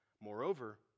Moreover